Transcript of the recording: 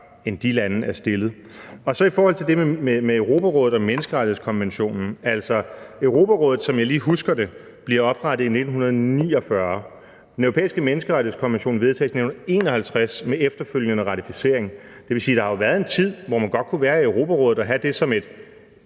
andre lande gør? I forhold til det med Europarådet og menneskerettighedskonventionen bliver Europarådet, som jeg lige husker det, oprettet i 1949, og den europæiske menneskerettighedskonvention vedtages i 1951 med efterfølgende ratificering. Det vil sige, at der jo har været en tid, hvor man godt kunne være i Europarådet og have det som et